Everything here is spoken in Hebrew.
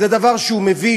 זה דבר שהוא מביש,